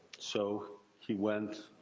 so, he went